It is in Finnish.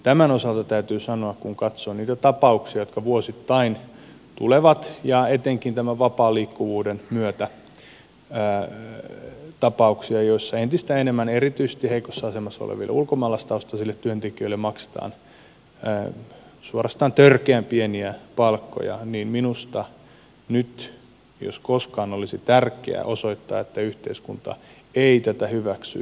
tämän osalta täytyy sanoa kun katsoo niitä tapauksia joita vuosittain tulee etenkin tämän vapaan liikkuvuuden myötä joissa entistä enemmän erityisesti heikossa asemassa oleville ulkomaalaistaustaisille työntekijöille maksetaan suorastaan törkeän pieniä palkkoja että minusta nyt jos koskaan olisi tärkeää osoittaa että yhteiskunta ei tätä hyväksy